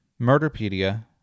Murderpedia